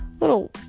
little